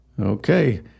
Okay